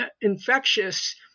infectious